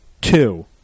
Two